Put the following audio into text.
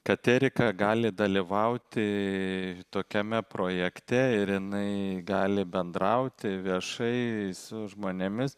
kad erika gali dalyvauti tokiame projekte ir jinai gali bendrauti viešai su žmonėmis